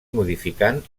modificant